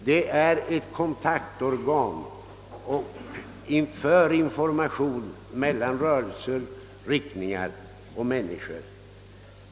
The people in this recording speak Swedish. Vi behöver ett kontaktorgan för information mellan rörelser, riktningar och människor.